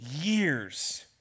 years